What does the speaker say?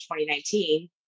2019